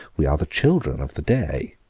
we are the children of the day,